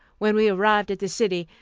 when we arrived at the city,